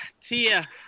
Tia